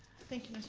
thank you,